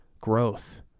growth